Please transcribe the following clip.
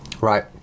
Right